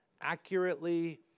accurately